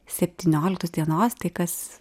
septynioliktos dienos tai kas